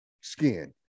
skin